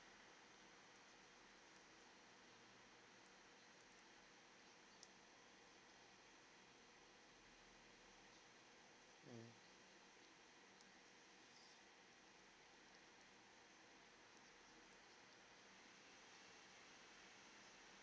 mm